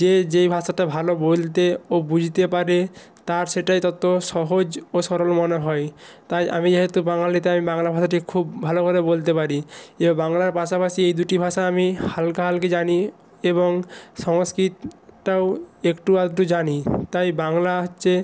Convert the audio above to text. যে যেই ভাষাতে ভালো বলতে ও বুঝতে পারে তার সেটাই তত সহজ ও সরল মনে হয় তাই আমি যেহেতু বাঙালি তাই আমি বাংলা ভাষাটি খুব ভালো করে বলতে পারি এইভাবে বাংলার পাশাপাশি এই দুটি ভাষা আমি হালকা হালকা জানি এবং সংস্কৃতটাও একটু আধটু জানি তাই বাংলা হচ্চে